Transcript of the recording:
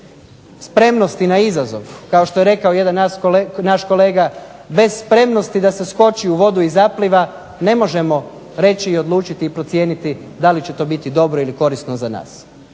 spremnosti na izazov kao što je rekao jedan naš kolega, bez spremnosti da se skoči u vodi i zapliva ne možemo reći i odlučiti i procijeniti da li će to biti dobro i korisno za nas.